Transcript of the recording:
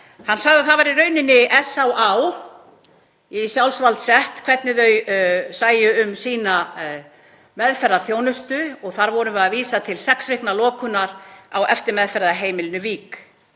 sagði að það væri í rauninni SÁÁ í sjálfsvald sett hvernig þau sæju um sína meðferðarþjónustu og þar vorum við að vísa til sex vikna lokunar á eftirmeðferðarheimilinu Vík.